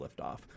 liftoff